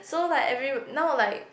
so like every now would like